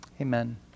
amen